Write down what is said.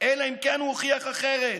אלא אם כן הוא הוכיח אחרת.